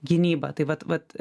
gynybą tai vat vat